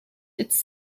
its